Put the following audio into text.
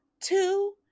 Two